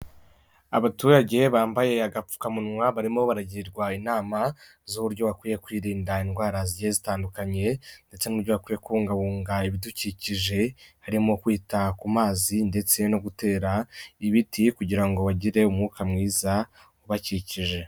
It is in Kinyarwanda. Abaturage bambaye agapfukamunwa, barimo baragirwa inama z'uburyo bakwiriye kwirinda indwara zigiye zitandukanye, ndetse n'uburyo bakwiye kubungabunga ibidukikije, harimo kwita ku mazi ndetse no gutera ibiti kugira ngo bagire umwuka mwiza ubakikije.